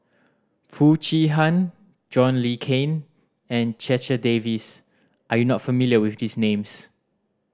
Foo Chee Han John Le Cain and Checha Davies are you not familiar with these names